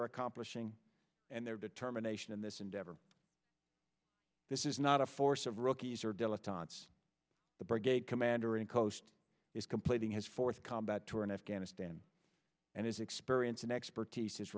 are accomplishing and their determination in this endeavor this is not a force of rookies or dilettantes brigade commander in khost is completing his fourth combat tour in afghanistan and his experience and expertise is